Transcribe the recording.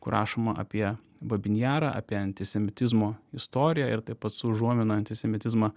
kur rašoma apie babyn jarą apie antisemitizmo istoriją ir taip pat su užuomina į antisemitizmą